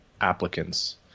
applicants